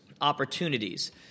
opportunities